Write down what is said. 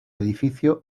edificio